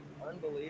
Unbelievable